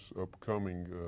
upcoming